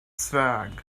swag